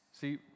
See